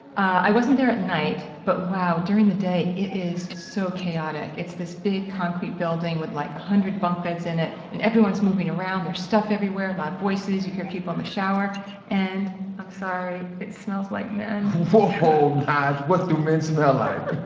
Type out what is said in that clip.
i wasn't there at night. but wow, during the day, it is so chaotic. it's this big concrete building with like a hundred bunk beds in it and everyone's moving around. there's stuff everywhere. loud voices. you hear people in the shower and i'm sorry, it smells like men woah, nige. what do men smell like?